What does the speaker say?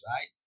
right